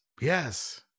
Yes